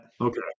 Okay